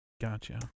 Gotcha